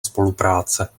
spolupráce